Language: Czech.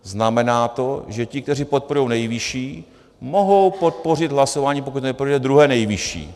Znamená to, že ti, kteří podporují nejvyšší, mohou podpořit hlasováním, pokud neprojde, druhé nejvyšší.